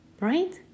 right